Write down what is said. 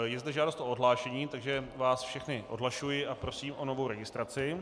Je zde žádost o odhlášení, takže vás všechny odhlašuji a prosím o novou registraci.